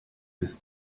his